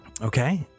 Okay